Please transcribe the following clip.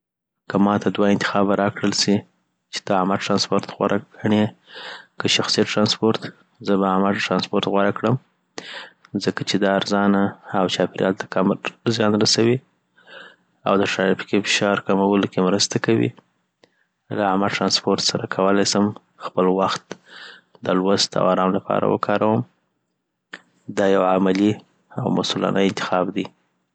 که ماته دوه انتخابه راکول سي چي ته عامه ټرانسپورت غوره ګڼي که شخصي ټرانسپورت زه به عامه ترانسپورت غوره کړم، ځکه چې دا ارزانه، او چاپېریال ته کم زیان رسوي او د ترافیکي فشار کمولو کې مرسته کوي له عامه ترانسپورت سره کولی سم خپل وخت د لوست او ارام لپاره وکاروم .دا یو عملي او مسؤلانه انتخاب دی